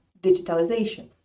digitalization